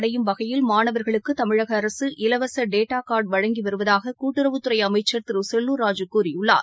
கல்வியில் மேம்பாடு அடையும் வகையில் மாணவர்களுக்கு தமிழக அரசு இலவச டேட்டா கார்டு வழங்கி வருவதாக கூட்டுறவுத் துறை அமைச்சர் திரு செல்லூர் ராஜூ கூறியுள்ளார்